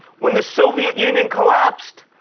when the soviet union collapsed,